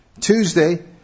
Tuesday